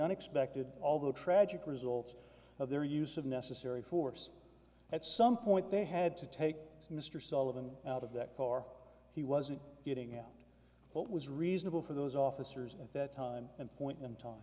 unexpected although tragic results of their use of necessary force at some point they had to take mr sullivan out of that car he wasn't getting out what was reasonable for those officers at that time and point in time